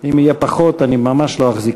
לא נורא.